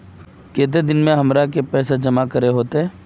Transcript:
केते दिन में हमरा के पैसा जमा करे होते?